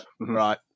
Right